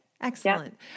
Excellent